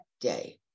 day